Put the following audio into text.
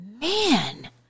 man